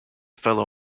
fellow